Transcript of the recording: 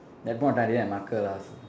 that point of time they didn't have marker lah